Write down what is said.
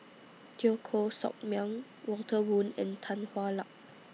Teo Koh Sock Miang Walter Woon and Tan Hwa Luck